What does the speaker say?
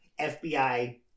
FBI